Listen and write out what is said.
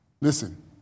listen